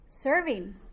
serving